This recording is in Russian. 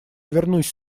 вернусь